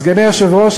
סגני היושב-ראש,